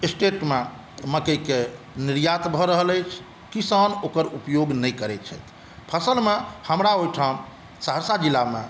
state मे मकइ के निर्यात भऽ रहल अछि किसान ओकर उपयोग नहि करै छथि फसल मे हमरा ओहिठाम सहरसा जिलामे